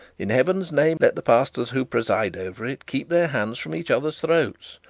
in heaven's name let the pastors who preside over it keep their hands from each other's throats.